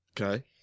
Okay